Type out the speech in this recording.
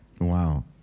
wow